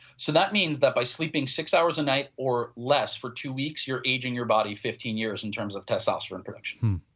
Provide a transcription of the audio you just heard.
so that mean that by sleeping six hours a night or less for two weeks your ageing your body fifteen years in terms of testosterone production,